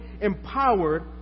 empowered